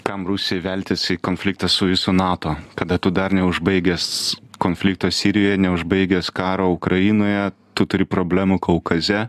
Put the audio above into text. kam rusijai veltis į konfliktą su visu nato kada tu dar neužbaigęs konflikto sirijoj neužbaigęs karo ukrainoje tu turi problemų kaukaze